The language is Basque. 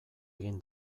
egin